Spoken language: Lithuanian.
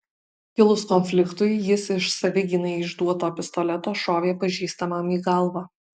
kilus konfliktui jis iš savigynai išduoto pistoleto šovė pažįstamam į galvą